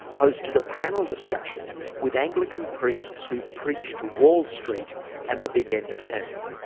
hosted a panel discussion with anglican priests who preach to wall street and the big end of town.